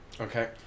Okay